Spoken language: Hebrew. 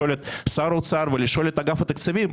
את שר האוצר ואת אגף התקציבים,